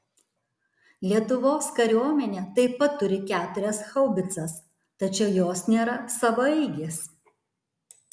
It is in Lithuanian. lietuvos kariuomenė taip pat turi keturias haubicas tačiau jos nėra savaeigės